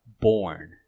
born